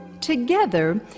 Together